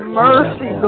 mercy